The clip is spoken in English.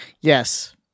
Yes